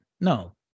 no